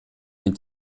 mit